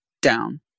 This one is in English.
down